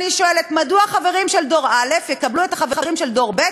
אני שואלת: מדוע החברים של דור א' יקבלו את החברים של דור ב',